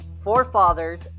forefathers